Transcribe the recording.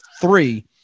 three